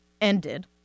ended